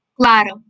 Claro